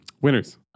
Winners